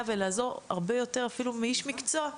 ולעזור אפילו הרבה יותר מאיש מקצוע,